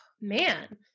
man